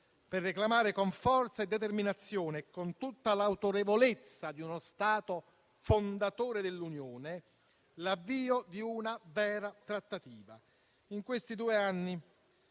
per reclamare con forza e determinazione e con tutta l'autorevolezza di uno Stato fondatore dell'Unione l'avvio di una vera trattativa. In questi due anni,